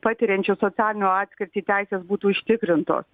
patiriančių socialinio atskirtį teisės būtų užtikrintos